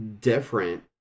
different